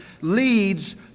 leads